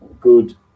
good